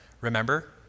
remember